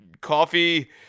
Coffee